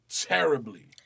terribly